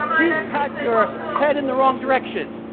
you've got your head in the wrong direction.